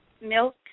milk